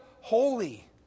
holy